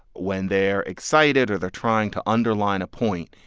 when they're excited or they're trying to underline a point,